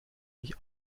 mich